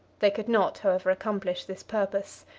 they could not, however, accomplish this purpose.